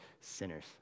sinners